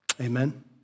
Amen